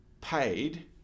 paid